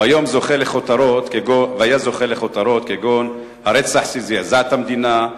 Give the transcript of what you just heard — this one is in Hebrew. והיה זוכה לכותרות כגון "הרצח שזעזע את המדינה",